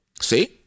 see